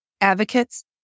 advocates